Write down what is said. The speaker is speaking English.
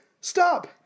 stop